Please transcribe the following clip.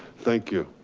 thank you.